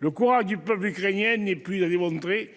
Le courage du peuple ukrainien n'est plus à démontrer.